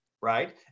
right